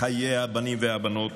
בחיי הבנים והבנות,